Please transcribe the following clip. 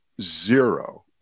zero